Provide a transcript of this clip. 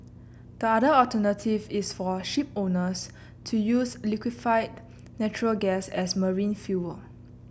the other alternative is for shipowners to use liquefied natural gas as marine fuel